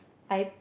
I